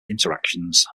interactions